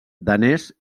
danès